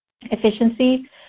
Efficiency